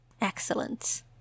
Excellent